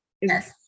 yes